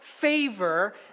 favor